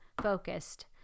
focused